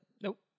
nope